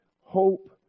hope